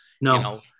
No